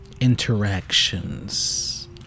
interactions